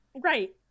right